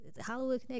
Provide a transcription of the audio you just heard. Hollywood